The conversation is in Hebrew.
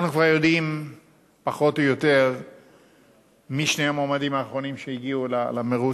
אנחנו כבר יודעים פחות או יותר מי שני המועמדים האחרונים שהגיעו למירוץ.